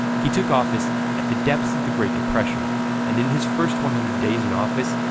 he took office at the depths of the great depression and in his first one hundred days in office,